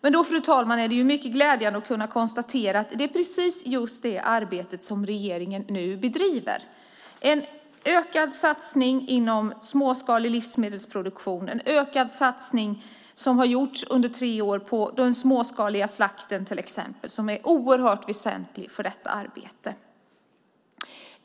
Då, fru ålderspresident, är det mycket glädjande att kunna konstatera att det är precis just det arbete som regeringen nu bedriver, till exempel en ökad satsning inom småskalig livsmedelsproduktion och en ökad satsning som har gjorts under tre år på den småskaliga slakten som är oerhört väsentlig för detta arbete.